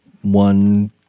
one